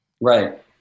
Right